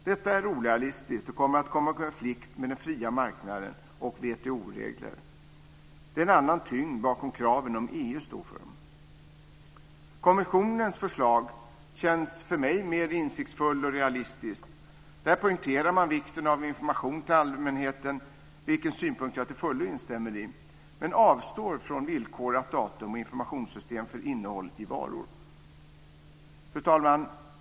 Detta är orealistiskt och kommer att komma i konflikt med den fria marknaden och WTO-regler. Det är en annan tyngd bakom kraven om EU står för dem. Kommissionens förslag känns för mig mer insiktsfullt och realistiskt. Där poängterar man vikten av information till allmänheten, vilken synpunkt jag till fullo instämmer i, men avstår från villkorat datum och informationssystem för innehåll i varor. Fru talman!